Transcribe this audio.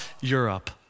Europe